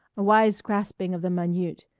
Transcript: a wise grasping of the minute,